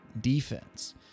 defense